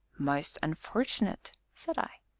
most unfortunate! said i.